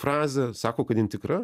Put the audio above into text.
frazė sako kad jin tikra